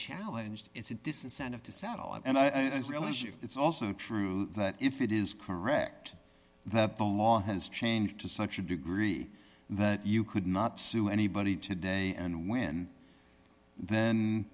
challenged it's a disincentive to settle and i say it's also true that if it is correct that the law has changed to such a degree that you could not sue anybody today and win then